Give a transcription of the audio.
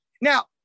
Now